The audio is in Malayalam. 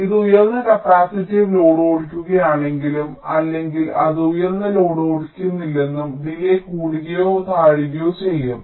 ഇത് ഉയർന്ന കപ്പാസിറ്റീവ് ലോഡ് ഓടിക്കുകയാണെങ്കിലും അല്ലെങ്കിൽ അത് ഉയർന്ന ലോഡ് ഓടിക്കുന്നില്ലെങ്കിലും ഡിലേയ് കൂടുകയോ താഴുകയോ ചെയ്യാം